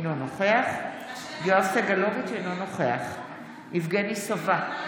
אינו נוכח יואב סגלוביץ' אינו נוכח יבגני סובה,